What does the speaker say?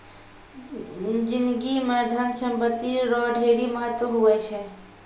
जिनगी म धन संपत्ति रो ढेरी महत्व हुवै छै